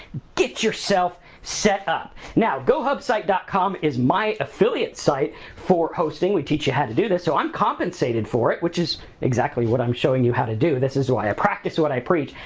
get yourself set up. now, gohubsite dot com is my affiliate site for hosting. we teach you how to do this so i'm compensated for it which is exactly what i'm showing you how to do. this is why i practice what i preach.